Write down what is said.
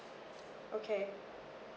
okay